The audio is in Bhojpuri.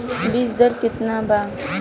बीज दर केतना बा?